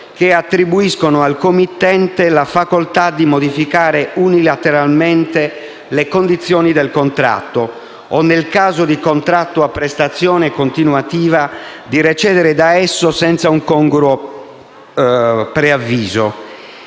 che attribuiscono al committente la facoltà di modificare unilateralmente le condizioni del contratto, o, nel caso di contratto a prestazione continuativa, di recedere da esso senza un congruo preavviso.